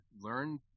learn